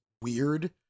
weird